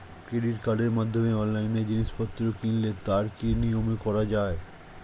Credit কার্ডের মাধ্যমে অনলাইনে জিনিসপত্র কিনলে তার কি নিয়মে করা যায়?